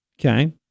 Okay